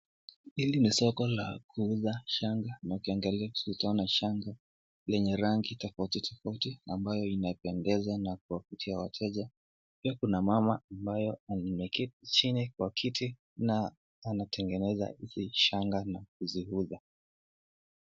Hili ni solo la kuuza shanga na ukiangalia utaona shanga lenye rangi tofauti tofauti ambayo inapendeza na kuwavutia wateja. Pia kuna mama ambaye ameketi chini kwa kiti na natengenezwa hizi shanga na kuziuza.